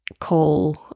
call